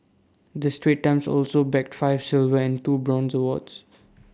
the straits times also bagged five silver and two bronze awards